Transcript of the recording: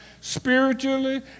spiritually